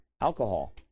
Alcohol